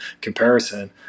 comparison